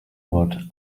wood